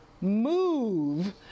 move